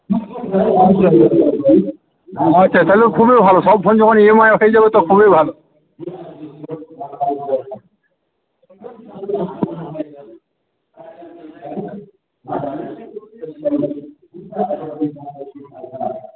আচ্ছা তাহলে তো খুবই ভালো সব ফোন যখন ই এম আই হয়ে যাবে তো খুবই ভালো